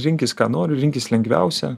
rinkis ką nori rinkis lengviausią